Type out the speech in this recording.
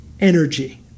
energy